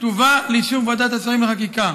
והיא תובא לאישור ועדת השרים לחקיקה.